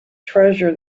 treasure